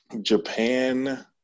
Japan